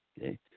okay